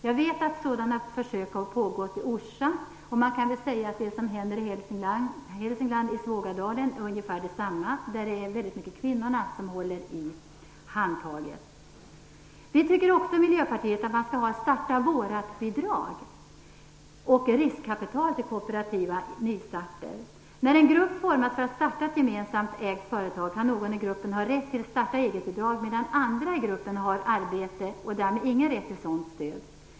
Jag vet att sådan försöksverksamhet har förekommit i Orsa. Det som händer i Svågadalen i Hälsingland är väl ungefär detsamma. Det är väldigt mycket kvinnorna som håller i handtaget. Vi i Miljöpartiet tycker också att det skall finnas starta-vårat-bidrag och att det behövs riskkapital till kooperativa nystarter. När en grupp formas för att starta ett gemensamt ägt företag kan någon i gruppen ha rätt till starta-eget-bidrag, medan andra i gruppen har arbete och därmed ingen rätt till ett sådant stöd.